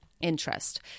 interest